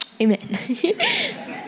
amen